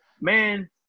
Man